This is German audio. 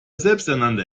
selbsternannte